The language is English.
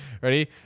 Ready